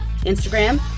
Instagram